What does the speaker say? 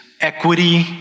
equity